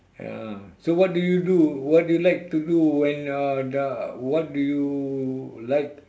ya so what do you do what do you like to do when uh the what do you like